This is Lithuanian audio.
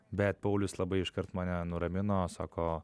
bet paulius labai iškart mane nuramino sako